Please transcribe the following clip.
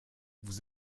vous